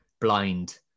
blind